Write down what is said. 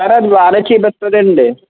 అరే అది బాగానే చుపిస్తుందండి